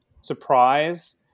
surprise